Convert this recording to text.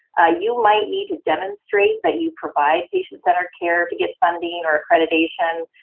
you might need to demonstrate that you provide patient-centered care to get funding or accreditation,